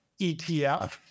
ETF